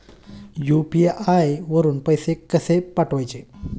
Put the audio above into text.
UPI वरून पैसे कसे पाठवायचे?